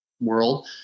world